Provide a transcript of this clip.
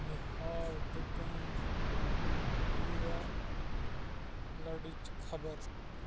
مےٚ ہاو دُکان ہیٖرا لَڈٕچ خبر